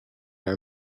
are